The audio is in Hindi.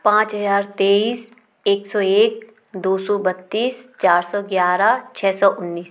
पाँच हज़ार तेईस एक सौ एक दो सौ बत्तीस चार सौ ग्यारह छः सौ उन्नीस